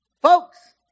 Folks